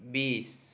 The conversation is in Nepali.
बिस